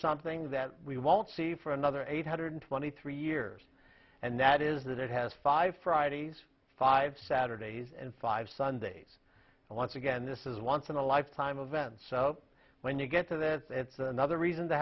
something that we won't see for another eight hundred twenty three years and that is that it has five fridays five saturdays and five sundays and once again this is once in a lifetime a vent so when you get to that it's another reason to